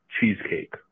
cheesecake